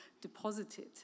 deposited